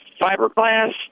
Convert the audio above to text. fiberglass